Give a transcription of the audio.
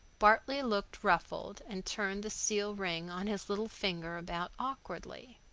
bartley looked ruffled and turned the seal ring on his little finger about awkwardly.